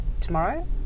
tomorrow